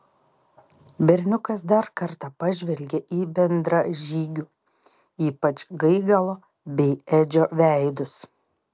berniukas dar kartą pažvelgė į bendražygių ypač gaigalo bei edžio veidus